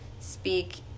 speak